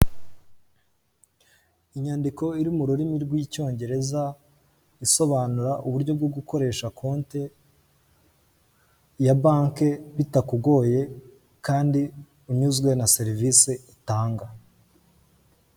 Inyandiko iri mu rurimi rw'icyongereza, isobanura uburyo bwo gukoresha konti ya banki bitakugoye kandi unyuzwe na serivisi itanga.